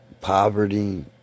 poverty